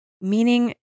meaning